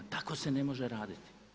Tako se ne može raditi.